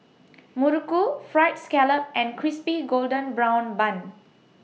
Muruku Fried Scallop and Crispy Golden Brown Bun